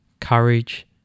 courage